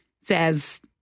says